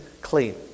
clean